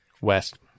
West